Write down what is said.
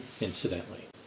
incidentally